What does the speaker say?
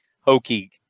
hokey